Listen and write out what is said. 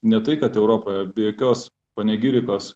ne tai kad europoje be jokios panegirikos